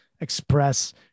express